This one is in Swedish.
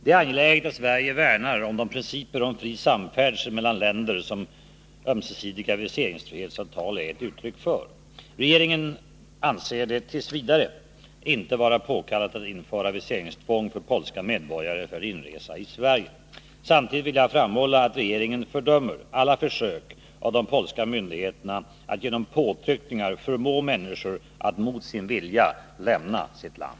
Det är angeläget att Sverige värnar om de principer om fri samfärdsel mellan länder som ömsesidiga viseringsfrihetsavtal är ett uttryck för. Regeringen anser det t. v. inte vara påkallat att införa viseringstvång för polska medborgare för inresa i Sverige. Samtidigt vill jag framhålla att regeringen fördömer alla försök av de polska myndigheterna att genom påtryckningar förmå människor att mot sin vilja lämna sitt land.